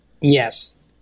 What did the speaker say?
yes